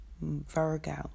Virgo